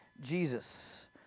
Jesus